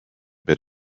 bit